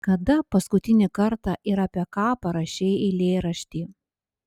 kada paskutinį kartą ir apie ką parašei eilėraštį